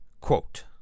Quote